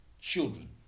children